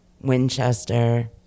Winchester